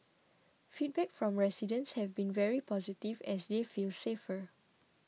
feedback from residents have been very positive as they feel safer